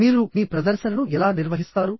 మీరు మీ ప్రదర్శనను ఎలా నిర్వహిస్తారు